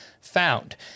found